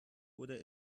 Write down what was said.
oder